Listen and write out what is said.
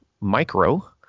Micro